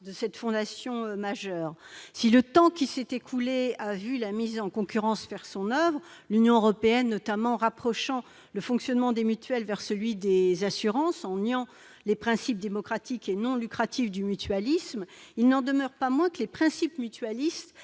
de cette création majeure. Si le temps qui s'est écoulé a vu la mise en concurrence faire son oeuvre, l'Union européenne rapprochant le fonctionnement des mutuelles de celui des assurances en niant les principes démocratiques et non lucratifs du mutualisme, il n'en demeure pas moins que les principes mutualistes